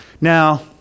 Now